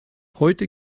heute